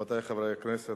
רבותי חברי הכנסת,